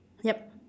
yup